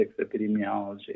Epidemiology